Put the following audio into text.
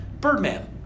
Birdman